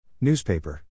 Newspaper